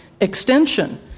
extension